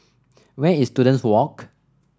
where is Students Walk